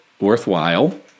worthwhile